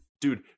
Dude